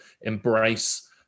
embrace